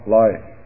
life